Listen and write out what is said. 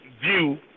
view